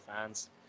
fans